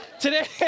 today